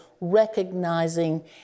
recognizing